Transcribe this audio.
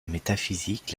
métaphysique